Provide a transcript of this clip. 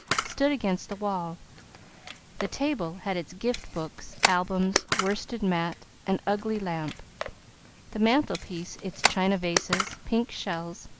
stood against the wall the table had its gift books, albums, worsted mat and ugly lamp the mantel-piece its china vases, pink shells,